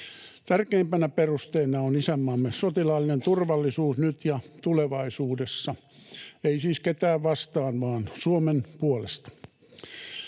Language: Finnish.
Tärkeimpänä perusteena on isänmaamme sotilaallinen turvallisuus nyt ja tulevaisuudessa — ei siis ketään vastaan, vaan Suomen puolesta.